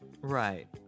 Right